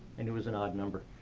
and it was an odd number.